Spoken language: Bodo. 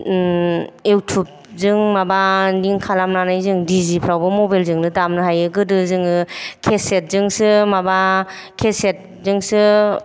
इउथुबजों माबा लिंक खालामनानै जों दि जे फ्रावबो मबाइलजोंनो दामनो हायो गोदो जोङो थेब खेसेत जोंसो माबा खेसेत जोंसो